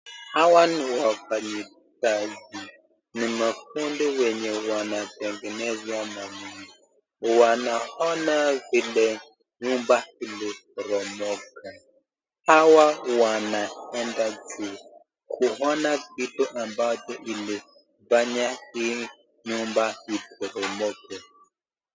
Hawa ni wafanyikazi, ni mafundi wenye wanatengeneza manyumba. Wanaona vile nyumba ili boromoka, hawa wanaenda kuona vile ambavyo ilifanya hio nyumba iboromoke.